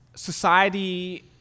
Society